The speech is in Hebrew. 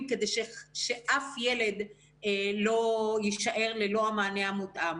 כדי שאף ילד לא יישאר ללא המענה המותאם.